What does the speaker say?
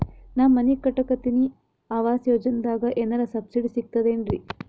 ನಾ ಮನಿ ಕಟಕತಿನಿ ಆವಾಸ್ ಯೋಜನದಾಗ ಏನರ ಸಬ್ಸಿಡಿ ಸಿಗ್ತದೇನ್ರಿ?